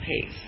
pace